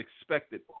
expected